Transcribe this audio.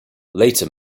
later